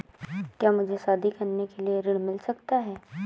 क्या मुझे शादी करने के लिए ऋण मिल सकता है?